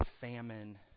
famine